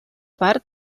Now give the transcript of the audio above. part